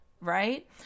right